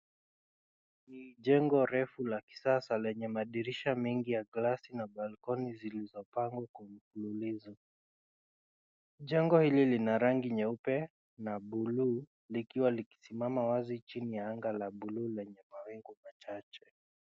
Ni jengo refu la kisasa lenye madirisha mengi ya glasi na balkoni zilizo pangwa kwa mfufulizo. Jengo hili lina rangi ya nyeupe na buluu na limesimama wazi chini ya anga ya buluu lenye mawingu machache.